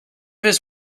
his